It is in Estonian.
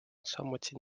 samuti